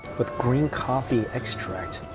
but green coffee extract